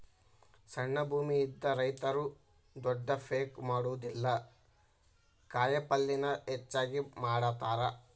ಸಣ್ಣ ಭೂಮಿ ಇದ್ದ ರೈತರು ದೊಡ್ಡ ಪೇಕ್ ಮಾಡುದಿಲ್ಲಾ ಕಾಯಪಲ್ಲೇನ ಹೆಚ್ಚಾಗಿ ಮಾಡತಾರ